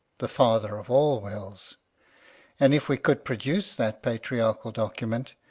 the father of all wills and if we could produce that patriarchal document,